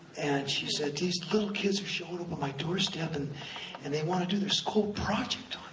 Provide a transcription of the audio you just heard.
and she said, these little kids are showing my doorstep, and and they wanna do their school project